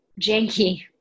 janky